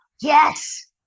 yes